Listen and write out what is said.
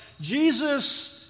Jesus